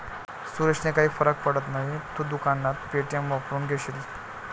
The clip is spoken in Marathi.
सुरेशने काही फरक पडत नाही, तू दुकानात पे.टी.एम वापरून घेशील